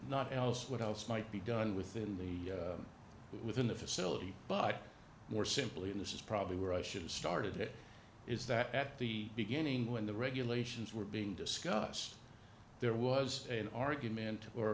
not else what else might be done within the within the facility but more simply and this is probably where i should have started it is that at the beginning when the regulations were being discussed there was a argument or